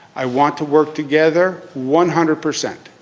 i want to work together one hundred percent